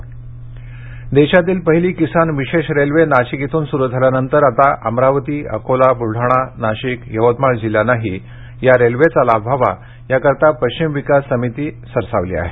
अमरावती देशातील पहिली किसान विशेष रेल्वे नाशिक इथून सुरू झाल्यानंतर आता अमरावती अकोला बुलढाणा नाशिक यवतमाळ जिल्ह्यांनाही या रेल्वेचा लाभ व्हावा याकरिता पश्चिम विकास समिती सरसावली आहे